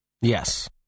Yes